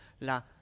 la